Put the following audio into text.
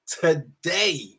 today